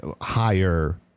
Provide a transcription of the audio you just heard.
higher